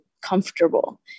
comfortable